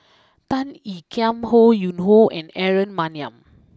Tan Ean Kiam Ho Yuen Hoe and Aaron Maniam